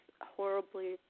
horribly